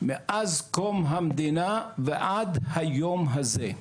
מאז קום המדינה ועד היום הזה,